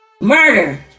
Murder